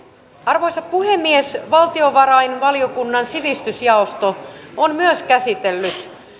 arvoisa puhemies valtiovarainvaliokunnan sivistysjaosto on myös käsitellyt